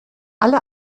alle